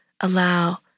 allow